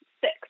six